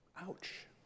Ouch